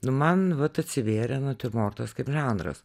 nu man vat atsivėrė natiurmortas kaip žanras